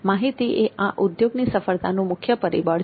માહિતી એ આ ઉદ્યોગની સફળતાનું મુખ્ય પરિબળ છે